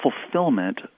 fulfillment